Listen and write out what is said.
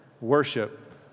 worship